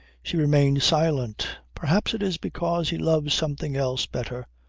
she remained silent. perhaps it is because he loves something else better,